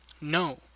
No